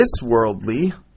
thisworldly